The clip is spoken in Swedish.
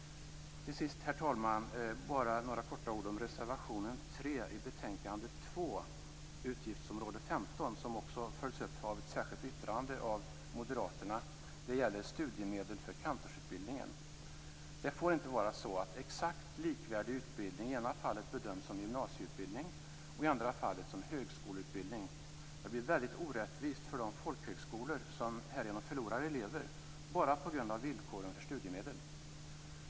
Till sist, herr talman, bara några ord bara om reservation 3 i betänkande 2 om utgiftsområde 15, som också följs upp av ett särskilt yttrande av moderaterna. Det gäller studiemedel för kantorsutbildningen. Det får inte vara så att exakt likvärdig utbildning i ena fallet bedöms som gymnasieutbildning och i andra fallet som högskoleutbildning. Det blir väldigt orättvist för de folkhögskolor som härigenom förlorar elever bara på grund av villkoren för studiemedel.